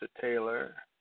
Taylor